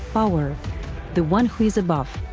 power the one who is above,